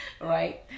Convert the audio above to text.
right